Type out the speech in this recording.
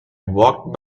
walked